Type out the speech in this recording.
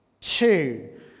Two